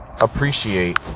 appreciate